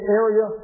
area